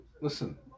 listen